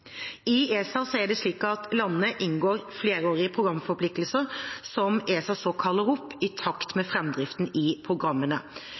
I ESA er det slik at landene inngår flerårige programforpliktelser, som ESA så kaller opp i takt med framdriften i programmene.